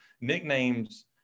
nicknames